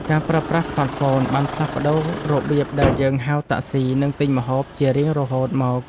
ការប្រើប្រាស់ស្មាតហ្វូនបានផ្លាស់ប្តូររបៀបដែលយើងហៅតាក់ស៊ី និងទិញម្ហូបជារៀងរហូតមក។